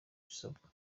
ibisabwa